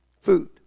food